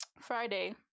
Friday